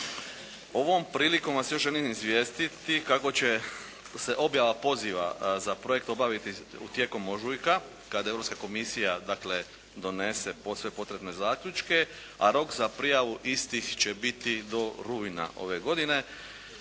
Ovom prilikom vas želim izvijestiti kako će se objava poziva za projekt obaviti tijekom ožujka kada Europska komisija donese posve potrebne zaključke, a rok za prijavu istih će biti do rujna ove godine.